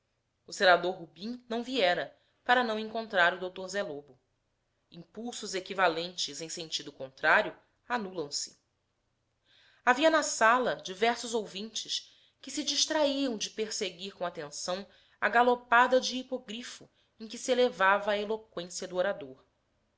o senador rubim não viera para não encontrar o dr zé loto impulsos equivalentes em sentido contrário anulam se havia na sala diversos ouvintes que se distraiam de perseguir com atenção a galopada de hipógrifo em que se elevava a eloqüência do orador